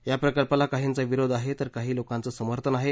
या प्रकल्पाला काहींचा विरोध आहे तर काही लोकांचं समर्थन आहे